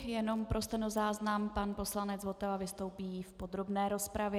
Jenom pro stenozáznam, pan poslanec Votava vystoupí v podrobné rozpravě.